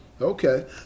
Okay